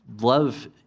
love